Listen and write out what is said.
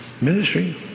Ministry